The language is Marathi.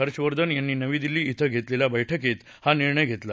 हर्षवर्धन यांनी नवी दिल्ली कें घेतलेल्या बैठकीत हा निर्णय घेतला